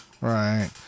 Right